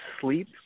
sleep